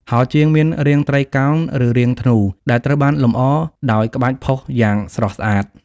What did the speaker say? ហោជាងមានរាងត្រីកោណ ឬរាងធ្នូ ដែលត្រូវបានលម្អដោយក្បាច់ផុសយ៉ាងស្រស់ស្អាត។